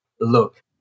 look